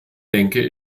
denke